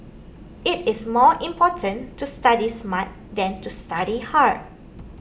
it is more important to study smart than to study hard